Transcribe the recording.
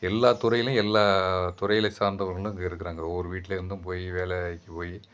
எல்லா துறையிலும் எல்லாம் துறையில் சார்ந்தவர்களும் அங்கே இருக்கிறாங்க ஒவ்வொரு வீட்லேருந்தும் போய் வேலைக்கு போய்